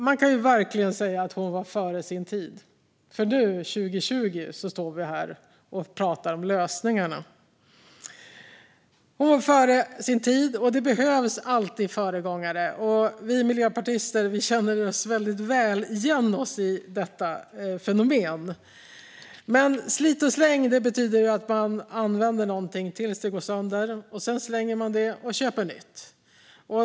Man kan verkligen säga att hon var före sin tid, för nu, 2020, står vi här och pratar om lösningarna. Hon var före sin tid. Det behövs alltid föregångare, och vi miljöpartister känner väl igen oss i detta fenomen. Slit och släng betyder att man använder någonting tills det går sönder, och sedan slänger man det och köper nytt.